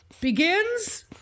begins